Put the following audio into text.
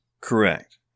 Correct